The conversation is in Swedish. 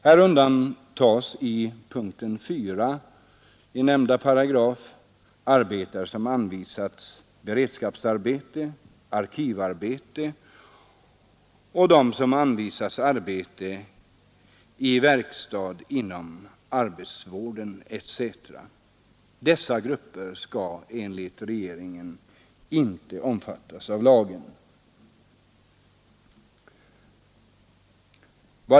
Här undantas i p. 4 i nämnda paragraf arbetare som anvisats beredskapsarbete eller arkivarbete och de som anvisats arbete i verkstad inom arbetsvården etc. Dessa grupper skall enligt regeringen inte omfattas av lagen.